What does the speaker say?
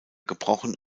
gebrochen